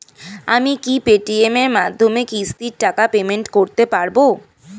আমি কি Paytm এর মাধ্যমে কিস্তির টাকা পেমেন্ট করতে পারব?